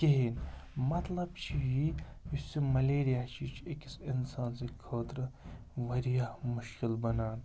کِہیٖنۍ مطلب چھِ یی یُس یہِ مَلیریا چھِ یہِ چھِ أکِس انسانَس سٕنٛدۍ خٲطرٕ واریاہ مُشکل بَنان